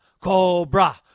Cobra